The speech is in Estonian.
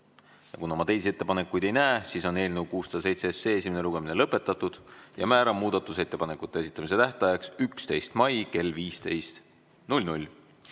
Ja kuna ma teisi ettepanekuid ei näe, siis on eelnõu 607 esimene lugemine lõpetatud ja määran muudatusettepanekute esitamise tähtajaks 11. mai kell 15.